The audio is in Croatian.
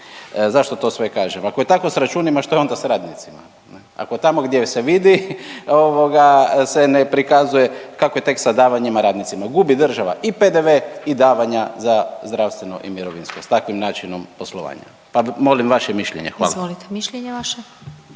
Zašto to sve kažem? Ako je tako s računima što je onda sa radnicima ne, ako tamo gdje se vidi ovoga se ne prikazuje kako je tek s davanjima radnicima, gubi država i PDV i davanja za zdravstveno i mirovinsko s takvim načinom poslovanja, pa molim vaše mišljenje, hvala. **Glasovac,